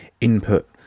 input